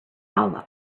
hollow